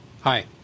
hi